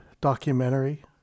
documentary